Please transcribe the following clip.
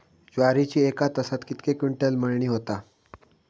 ज्वारीची एका तासात कितके क्विंटल मळणी होता?